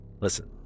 listen